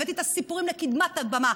הבאתי את הסיפורים לקדמת הבמה.